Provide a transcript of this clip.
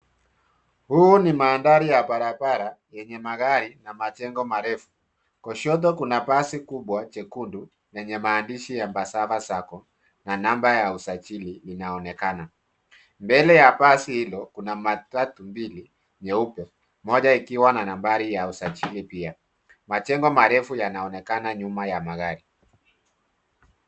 Huu ni mandhari ya barabara, yenye magari na majengo marefu. Kushoto kuna basi kubwa jekundu, lenye maandishi Embassava Sacco, na namba ya usajili inaonekana. Mbele ya basi hilo, kuna matatu mbili nyeupe, moja ikiwa na nambari ya usajili pia. Majengo marefu yanaonekana nyuma ya magari.